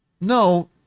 No